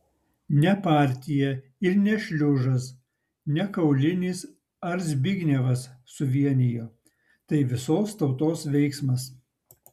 ne partija ir ne šliužas ne kaulinis ar zbignevas suvienijo tai visos tautos veiksmas